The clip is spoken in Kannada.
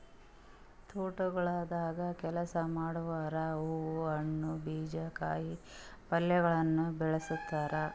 ತೋಟಗೊಳ್ದಾಗ್ ಕೆಲಸ ಮಾಡೋರು ಹೂವು, ಹಣ್ಣು, ಬೀಜ, ಕಾಯಿ ಪಲ್ಯಗೊಳನು ಬೆಳಸ್ತಾರ್